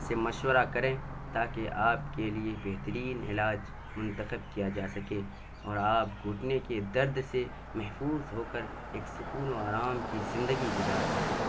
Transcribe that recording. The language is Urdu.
سے مشورہ کریں تاکہ آپ کے لیے بہترین علاج منتخب کیا جا سکے اور آپ گھنٹے کے درد سے محفوظ ہو کر ایک سکون و آرام کی زندگی گزار سکیں